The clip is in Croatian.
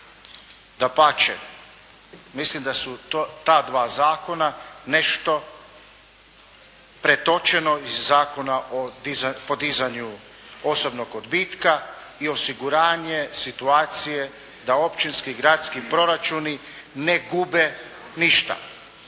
mislim da su ta dva zakona nešto pretočeno iz Zakona o podizanju osobnog odbitka i osiguranje situacije da općinski, gradski proračuni ne gube ništa.